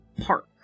park